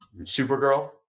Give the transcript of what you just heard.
Supergirl